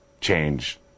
change